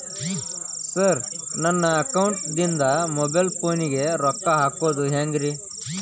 Sir ನನ್ನ ಅಕೌಂಟದಿಂದ mobile ಫೋನಿಗೆ ರೊಕ್ಕ ಹಾಕೋದು ಹೆಂಗ್ರಿ?